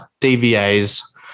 DVA's